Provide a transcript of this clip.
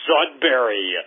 Sudbury